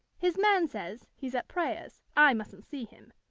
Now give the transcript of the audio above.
his man says, he's at prayers, i mustn't see him,